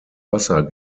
wasser